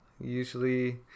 usually